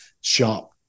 sharp